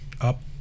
Up